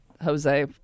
Jose